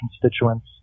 constituents